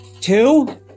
Two